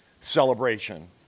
celebration